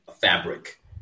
fabric